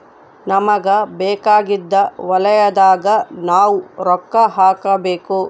ನಮಗ ಬೇಕಾಗಿದ್ದ ವಲಯದಾಗ ನಾವ್ ರೊಕ್ಕ ಹಾಕಬೇಕು